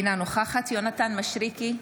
אינה נוכחת יונתן מישרקי,